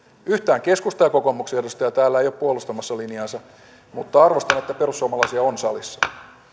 yhtään keskustan ja kokoomuksen edustajia täällä ei ole puolustamassa linjaansa mutta arvostan että perussuomalaisia on salissa